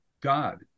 God